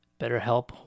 BetterHelp